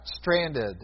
stranded